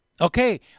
Okay